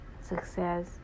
success